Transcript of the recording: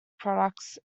products